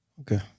Okay